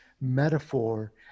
metaphor